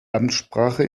amtssprache